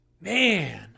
man